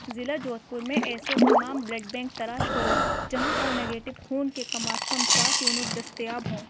ضلع جودھپور میں ایسے تمام بلڈ بینک تلاش کرو جہاں او نگیٹو خون کے کم از کم سات یونٹ دستیاب ہوں